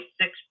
six